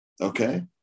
Okay